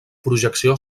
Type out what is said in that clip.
projecció